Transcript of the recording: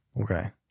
Okay